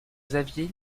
xavier